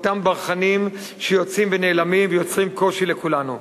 אותם ברחנים שיוצאים ונעלמים ויוצרים קושי לכולנו,